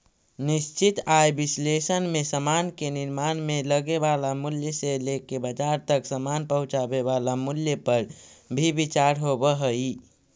निश्चित आय विश्लेषण में समान के निर्माण में लगे वाला मूल्य से लेके बाजार तक समान पहुंचावे वाला मूल्य पर भी विचार होवऽ हई